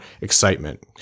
excitement